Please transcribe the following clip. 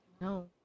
No